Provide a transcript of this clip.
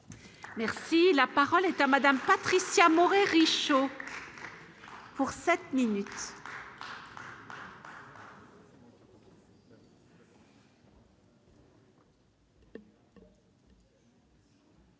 Merci, la parole est à Madame Patricia et Richaud pour 7 minutes.